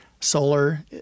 solar